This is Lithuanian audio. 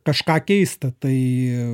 kažką keisti tai